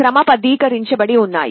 క్రమబద్దీకరించబడి ఉన్నాయి